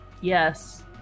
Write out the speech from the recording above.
Yes